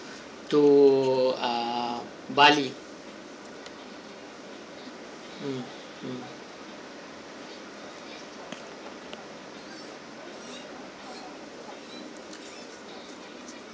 to err bali mm mm